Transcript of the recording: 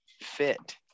fit